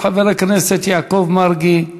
חבר הכנסת יעקב מרגי,